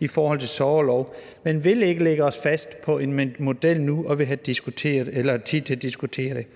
ministeren sige, men vi vil ikke lægge os fast på en model nu; vi vil have tid til at diskutere det.